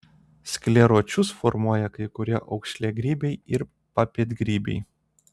skleročius formuoja kai kurie aukšliagrybiai ir papėdgrybiai